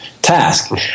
task